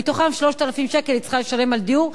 ומתוכם 3,000 שקל היא צריכה לשלם על דיור,